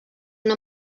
una